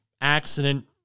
accident